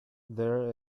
there